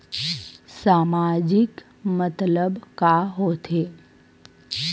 सामाजिक मतलब का होथे?